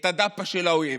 את הדפ"א של האויב.